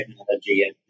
technology